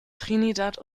trinidad